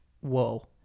whoa